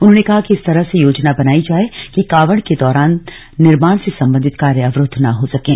उन्होंने कहा कि इस तरह से योजना बनाई जाएं कि कांवड़ के दौरान निर्माण से संबंधित कार्य अवरूद्व न हो सकें